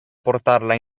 portarla